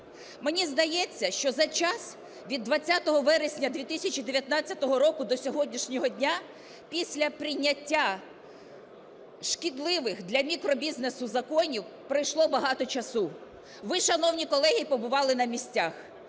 Мені здається, що за час від 20 вересня 2019 року до сьогоднішнього дня після прийняття шкідливих для мікробізнесу законів пройшло багато часу. Ви, шановні колеги, побували на місцях,